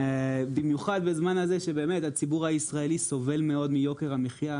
במיוחד בזמן הזה שהציבור הישראלי סובל מאוד מיוקר המחייה,